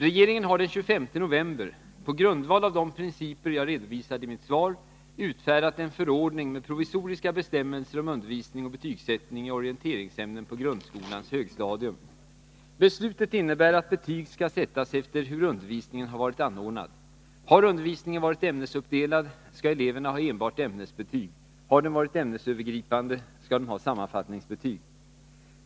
Regeringen har den 25 november, på grundval av de principer jag redovisade i mitt svar, utfärdat en förordning med provisoriska bestämmelser om undervisning och betygsättning i orienteringsämnen på grundskolans högstadium. Beslutet innebär att betyg skall sättas efter hur undervisningen har varit anordnad. Har undervisningen varit ämnesuppdelad skall eleverna ha enbart ämnesbetyg, har den varit ämnesövergripande skall de ha sammanfattningsbetyg.